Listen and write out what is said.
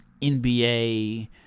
NBA